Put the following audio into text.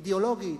אידיאולוגית?